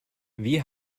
wie